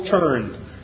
turn